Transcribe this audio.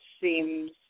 seems